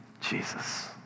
Jesus